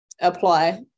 apply